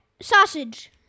sausage